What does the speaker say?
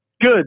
Good